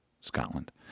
Scotland